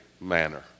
manner